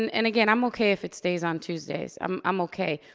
and and again i'm okay if it stays on tuesdays, um i'm okay.